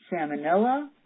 salmonella